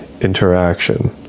interaction